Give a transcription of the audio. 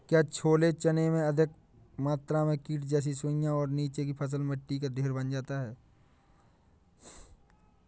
क्या छोले चने में अधिक मात्रा में कीट जैसी सुड़ियां और नीचे की फसल में मिट्टी का ढेर बन जाता है?